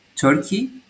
Turkey